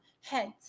heads